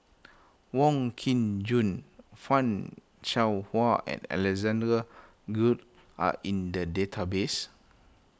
Wong Kin Jong Fan Shao Hua and Alexander are in the database